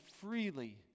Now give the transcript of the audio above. freely